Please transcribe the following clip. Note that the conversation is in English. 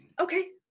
okay